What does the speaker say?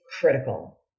critical